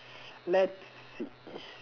let's see